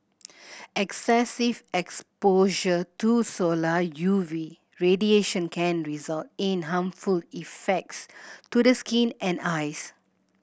excessive exposure to solar U V radiation can result in harmful effects to the skin and eyes